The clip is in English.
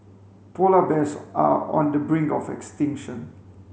polar bears are on the brink of extinction